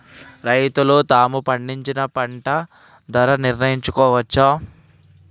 రైతులు తాము పండించిన పంట ధర నిర్ణయించుకోవచ్చా?